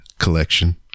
Collection